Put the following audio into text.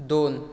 दोन